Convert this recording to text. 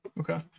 okay